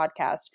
podcast